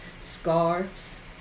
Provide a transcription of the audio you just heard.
Scarves